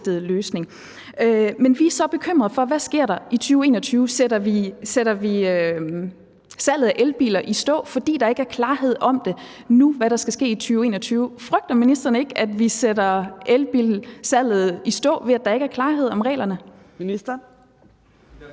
Men vi er så bekymrede for, hvad der sker i 2021. Sætter vi salget af elbiler i stå, fordi der ikke er klarhed om nu, hvad der skal ske i 2021? Frygter ministeren ikke, at vi sætter elbilsalget i stå, ved at der ikke er klarhed over reglerne? Kl.